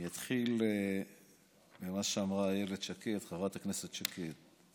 אני אתחיל ממה שאמרה חברת הכנסת איילת שקד.